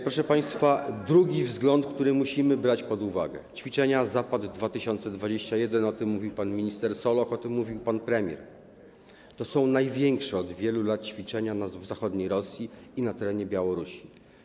Proszę państwa, drugi wzgląd, który musimy brać pod uwagę, to ćwiczenia Zapad 2021, o czym mówił pan minister Soloch, o czym mówił pan premier -największe od wielu lat ćwiczenia w zachodniej Rosji i na terenie Białorusi.